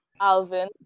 Alvin